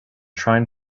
trying